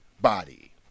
body